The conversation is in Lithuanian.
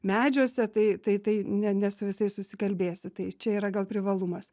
medžiuose tai tai tai ne ne su visais susikalbėsi tai čia yra gal privalumas